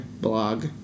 blog